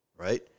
Right